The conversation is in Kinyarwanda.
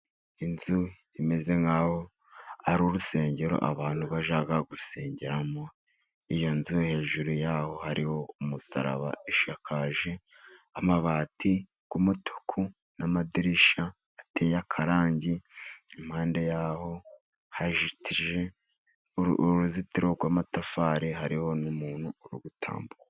Inzu imeze nk'aho ari urusengero abantu bajya gusengeramo. Iyo nzu hejuru yaho hariho umusaraba ishakaje amabati y'umutuku n'amadirisha ateye akarangi, impande yaho hajitije uruzitiro rw'amatafari, hariho n'umuntu uri gutambuka.